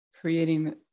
creating